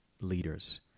leaders